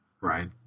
right